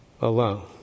alone